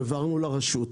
שהעברנו לרשות.